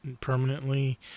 permanently